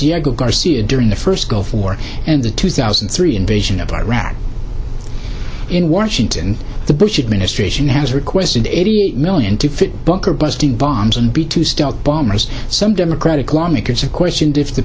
diego garcia during the first gulf war and the two thousand and three invasion of iraq in washington the bush administration has requested eighty million to fit bunker busting bombs and b two stealth bombers some democratic lawmakers are questioned if the